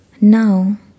Now